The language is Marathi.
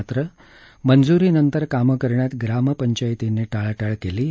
मात्र मंजुरीनंतर कामं करण्यात ग्रामपंचायतींनी टाळाटाळ केली आहे